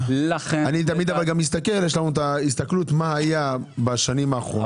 יש לנו גם את ההסתכלות על מה היה בשנים האחרונות.